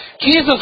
Jesus